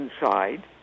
inside